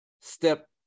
step